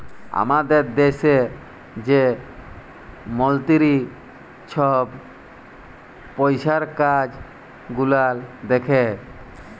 আমাদের দ্যাশে যে মলতিরি ছহব পইসার কাজ গুলাল দ্যাখে